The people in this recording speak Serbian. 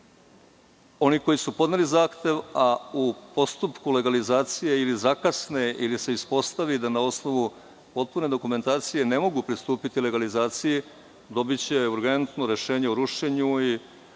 koji su podneli zahtev, a u postupku legalizacije, ili zakasne, ili se ispostavi da na osnovu potpune dokumentacije ne mogu pristupiti legalizaciji, dobiće urgentno rešenje o rušenju i